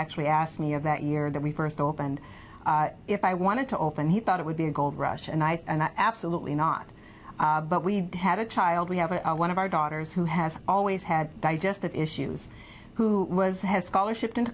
actually asked me of that year that we first opened if i wanted to open he thought it would be a gold rush and i and i absolutely not but we had a child we have a one of our daughters who has always had digestive issues who was head scholarship into